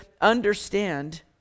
understand